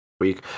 week